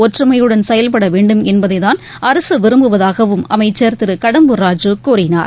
ஒற்றுமையுடன் செயல்படவேண்டும் என்பதைத்தான் அரசுவிரும்புவதாகவும் அமைச்சர் திருகடம்பூர் ராஜு கூறினார்